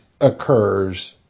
occurs